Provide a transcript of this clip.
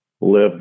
live